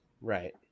right